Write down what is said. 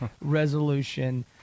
resolution